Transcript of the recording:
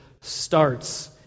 starts